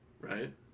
Right